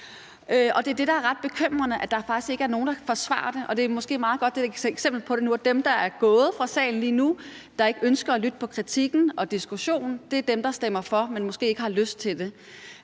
Det er måske et meget godt eksempel på det nu, at dem, der er gået fra salen lige nu, og som ikke ønsker at lytte på kritikken og diskussionen, er dem, der stemmer for, men måske ikke har lyst til det.